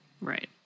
Right